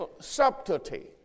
subtlety